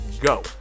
Go